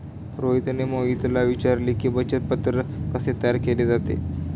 रोहितने मोहितला विचारले की, बचत पत्रक कसे तयार केले जाते?